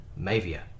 Mavia